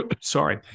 Sorry